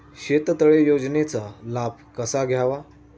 शेततळे योजनेचा लाभ कसा घ्यावा?